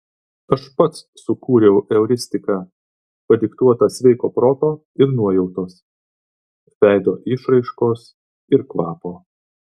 aš pats sukūriau euristiką padiktuotą sveiko proto ir nuojautos veido išraiškos ir kvapo